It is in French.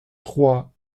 trois